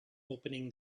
opening